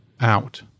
out